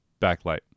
backlight